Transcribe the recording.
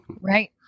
Right